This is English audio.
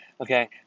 okay